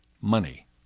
Money